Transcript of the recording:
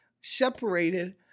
separated